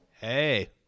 Hey